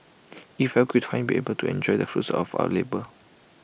IT felt great to finally be able to enjoy the fruits of our labour